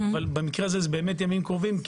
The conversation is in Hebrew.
ובמקרה הזה זה באמת ימים קרובים.